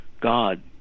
God